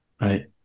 Right